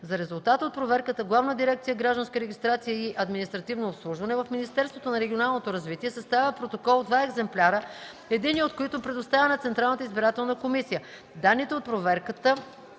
За резултата от проверката Главна дирекция „Гражданска регистрация и административно обслужване” в Министерството на регионалното развитие съставя протокол в два екземпляра, единия от които предоставя на Централната избирателна комисия. Данните от проверката